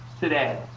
today